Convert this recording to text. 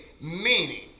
meaning